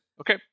Okay